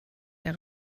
der